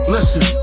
Listen